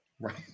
Right